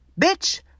Bitch